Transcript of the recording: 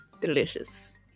delicious